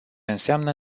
înseamnă